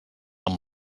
amb